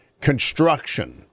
construction